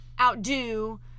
outdo